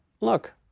look